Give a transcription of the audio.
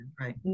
right